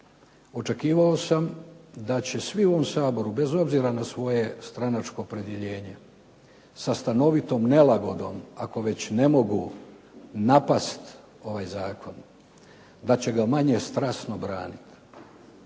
očekivao sam da će svi u ovom Saboru, bez obzira na svoje stranačko opredjeljenje, sa stanovitom nelagodom, ako već ne mogu napast ovaj zakon, da će ga manje strasno branit.